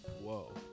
Whoa